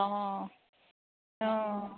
অঁ অঁ